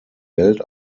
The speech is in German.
geld